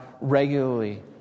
regularly